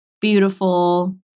beautiful